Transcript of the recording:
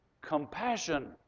compassion